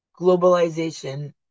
globalization